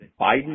Biden